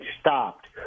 stopped